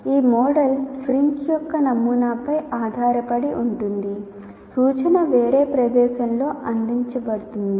ఈ మోడల్ ఫింక్ యొక్క నమూనాపై ఆధారపడి ఉంటుంది సూచన వేరే ప్రదేశంలో అందించబడుతుంది